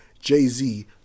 Jay-Z